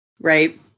Right